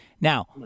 Now